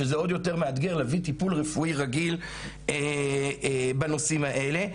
שבה זה עוד יותר מאתגר להביא טיפול רפואי רגיל בנושאים האלה.